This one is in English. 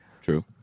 True